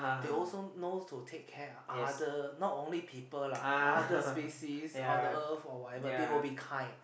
they also know to take care other no only people lah other species on earth or whatever they will be kind